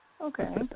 Okay